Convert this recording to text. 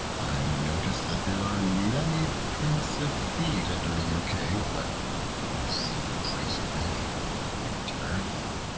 i notice that there are many prints of feet entering your cave, but i see no trace of any returning.